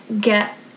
get